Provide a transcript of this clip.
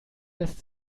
lässt